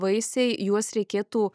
vaisiai juos reikėtų